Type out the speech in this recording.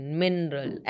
mineral